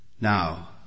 Now